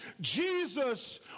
Jesus